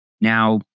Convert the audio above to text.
Now